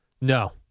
No